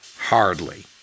Hardly